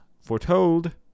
foretold